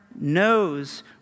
Knows